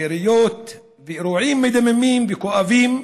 ביריות ובאירועים מדממים וכואבים,